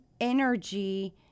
energy